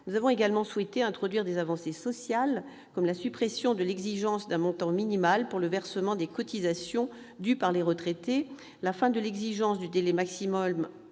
Nous avons également souhaité introduire des avancées sociales, comme la suppression de l'exigence d'un montant minimal pour le versement des cotisations dues par les retraités, la fin de l'exigence du délai maximal